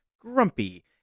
Grumpy